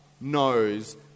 knows